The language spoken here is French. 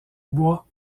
bois